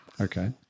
Okay